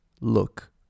look